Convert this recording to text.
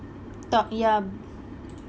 top yup